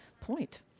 point